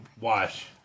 watch